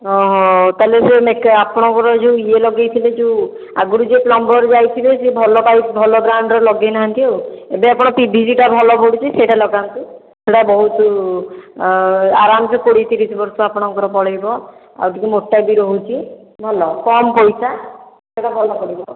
ଅ ହଉ ତା'ହେଲେ ସେ ଆପଣଙ୍କର ଯେଉଁ ଇଏ ଲଗେଇଥିବେ ଯେଉଁ ଆଗରୁ ଯେଉଁ ପ୍ଲମ୍ବର୍ ଯାଇଥିବେ ସେ ଭଲ ପାଇପ୍ ଭଲ ବ୍ରାଣ୍ଡ୍ର ଲଗେଇ ନାହାନ୍ତି ଆଉ ଏବେ ଆପଣ ପିଭିସିଟା ଭଲ ପଡ଼ୁଛି ସେଇଟା ଲଗାନ୍ତୁ ସେଇଟା ବହୁତ ଆରାମ୍ସେ କୋଡ଼ିଏ ତିରିଶ ବର୍ଷ ଆପଣଙ୍କର ପଳେଇବ ଆଉ ଟିକିଏ ମୋଟା ବି ରହୁଛି ଭଲ କମ୍ ପଇସା ଏଇଟା ଭଲ ପଡ଼ିବ